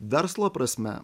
verslo prasme